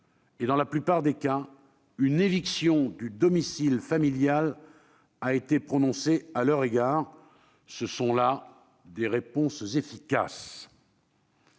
Dans la plupart des cas, une éviction du domicile familial a été prononcée à leur égard. Ce sont là des réponses efficaces.